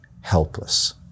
helpless